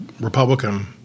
Republican